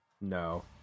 No